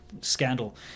scandal